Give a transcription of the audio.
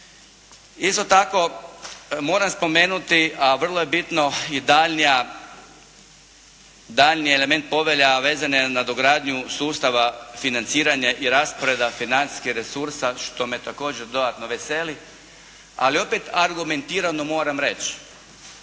Isto tako moram spomenuti, a vrlo je bitno i daljnja, daljnji element Povelja vezan je na dogradnju sustava financiranja i rasporeda financijskih resursa što me također dodatno veseli, ali opet argumentirano moram reći.